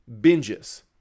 binges